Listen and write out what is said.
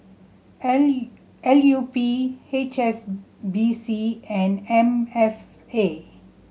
L L U P H S B C and M F A